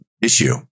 issue